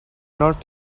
not